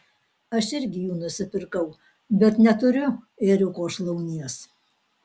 aš irgi jų nusipirkau bet neturiu ėriuko šlaunies